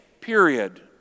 period